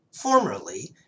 Formerly